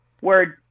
Word